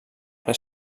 ple